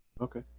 Okay